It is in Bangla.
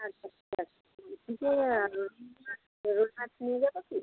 আচ্ছা আচ্ছা বলছি যে রুই মাছ রুই মাছ নিয়ে যাবো কি